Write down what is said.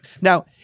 Now